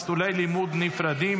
מסלולי לימוד נפרדים),